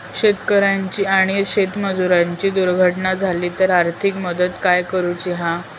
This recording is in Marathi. शेतकऱ्याची आणि शेतमजुराची दुर्घटना झाली तर आर्थिक मदत काय करूची हा?